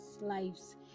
lives